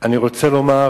אני רוצה לומר